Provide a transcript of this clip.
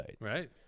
right